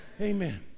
Amen